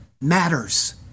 matters